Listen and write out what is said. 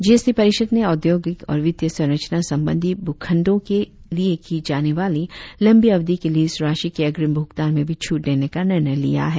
जी S T परिषद ने औद्योगिक और वित्तीय संरचना संबंधी भूखण्डो के लिए की जाने वाली लंबी अवधि की लीज राशि के अग्रिम भूगतान में भी छूठ देने का निर्णय किया है